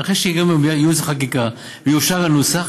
ואחרי שיגיעו מייעוץ וחקיקה ויאושר הנוסח,